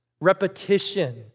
Repetition